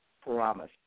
Promise